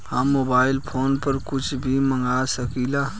हम mobile phone पर कुछ भी मंगवा सकिला?